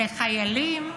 לחיילים,